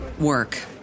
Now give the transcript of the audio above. work